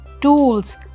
tools